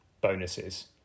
bonuses